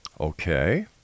Okay